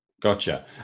Gotcha